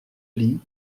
lits